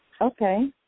Okay